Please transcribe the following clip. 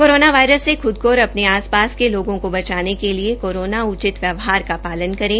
corona virus से खुद को और अपने आस पास के लोगों को बचाने के लिए कोरोना उचि व्यवहार का पालन करें